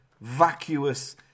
vacuous